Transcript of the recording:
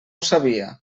sabia